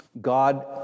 God